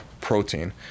protein